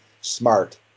smart